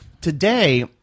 Today